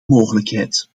mogelijkheid